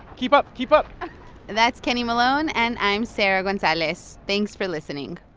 keep up. keep up that's kenny malone. and i'm sarah gonzalez. thanks for listening